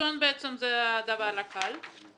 הדבר הקל.